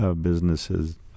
businesses